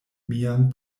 mian